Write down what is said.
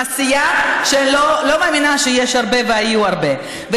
סיעה שאני לא מאמינה שיש הרבה והיו הרבה כאלה,